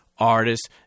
Artists